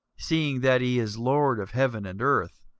seeing that he is lord of heaven and earth,